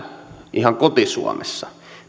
koti suomessa